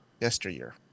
yesteryear